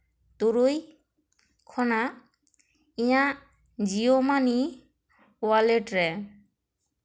ᱛᱩᱨᱩᱭ ᱠᱷᱚᱱᱟᱜ ᱤᱧᱟᱹᱜ ᱡᱤᱭᱳᱢᱟᱱᱤ ᱚᱣᱟᱞᱮᱴ ᱨᱮ